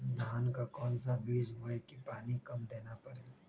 धान का कौन सा बीज बोय की पानी कम देना परे?